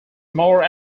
more